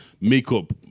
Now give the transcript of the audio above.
makeup